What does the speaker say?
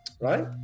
Right